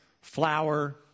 flour